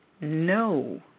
no